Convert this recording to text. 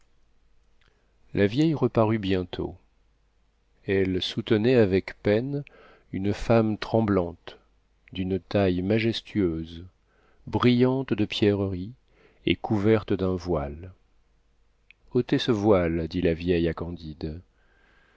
la vieille reparut bientôt elle soutenait avec peine une femme tremblante d'une taille majestueuse brillante de pierreries et couverte d'un voile otez ce voile dit la vieille à candide